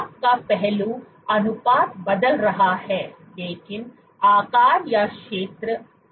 आपका पहलू अनुपात बदल रहा है लेकिन आकार या क्षेत्र अपरिवर्तित है